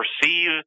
perceive